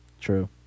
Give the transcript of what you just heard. True